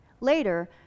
Later